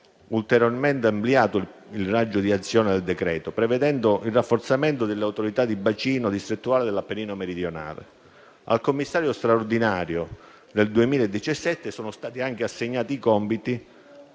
ulteriormente ampliato il raggio di azione del decreto, prevedendo il rafforzamento delle Autorità di bacino distrettuale dell'Appennino meridionale. Al Commissario straordinario, nel 2017, sono stati anche assegnati i compiti